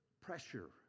pressure